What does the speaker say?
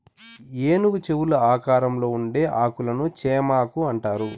ఏనుగు చెవుల ఆకారంలో ఉండే ఆకులను చేమాకు అంటారు